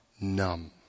numb